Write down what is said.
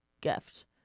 gift